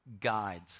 guides